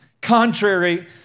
contrary